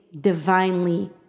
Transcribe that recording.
divinely